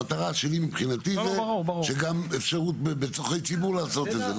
המטרה שלי מבחינתי זה שגם אפשרות בצרכי ציבור לעשות את זה.